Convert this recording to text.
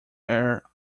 air